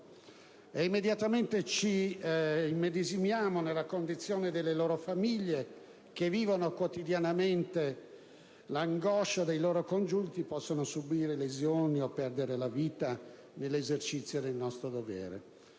immediatamente ci immedesimiamo nella condizione delle loro famiglie, che vivono quotidianamente l'angoscia che i loro congiunti possano subire lesioni o perdere la vita nell'esercizio del dovere.